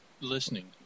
listening